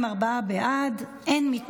סעיפים 1 3 נתקבלו.